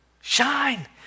shine